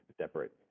separate